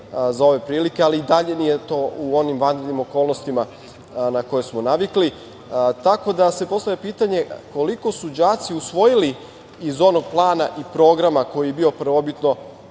za ove prilike, ali i dalje nije to u onim vanrednim okolnostima na koje smo navikli. Tako da, postavlja se pitanje koliko su đaci usvojili iz onog plana i programa koji je bio prvobitno